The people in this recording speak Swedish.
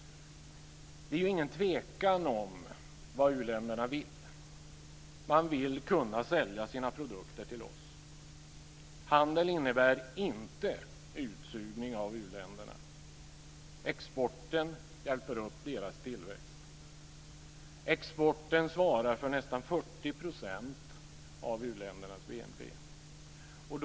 Det är ingen tvekan om vad u-länderna vill. De vill kunna sälja sina produkter till oss. Handel innebär inte utsugning av u-länderna. Exporten hjälper upp deras tillväxt. Exporten svarar för nästan 40 % av uländernas BNP.